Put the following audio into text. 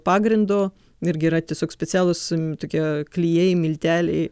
pagrindo irgi yra tiesiog specialūs tokie klijai milteliai